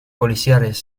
policiales